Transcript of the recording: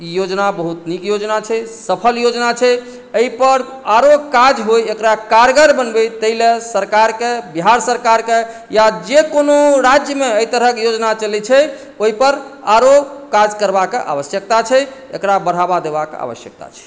ई योजना बहुत नीक योजना छै सफल योजना छै एहि पर आरो काज होइ एकरा कारगर बनबै ताहि लेल सरकारकेँ बिहार सरकारकेँ या जे कोनो राज्यमे एहि तरहक योजना चलै छै ओहिपर आरो काज करबाके आवश्यकता छै एकरा बढ़ावा देबाक आवश्यकता छै